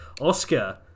oscar